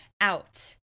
out